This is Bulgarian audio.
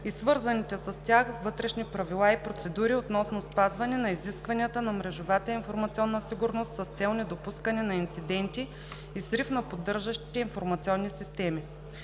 и свързаните с тях вътрешни правила и процедури относно спазване на изискванията на мрежовата информационна сигурност с цел недопускане на инциденти и срив на поддържащите информационни системи;